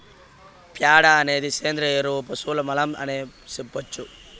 ప్యాడ అనేది సేంద్రియ ఎరువు పశువుల మలం అనే సెప్పొచ్చు